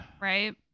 Right